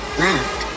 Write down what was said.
left